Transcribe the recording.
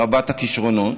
רבת-הכישרונות.